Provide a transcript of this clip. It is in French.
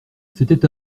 c’était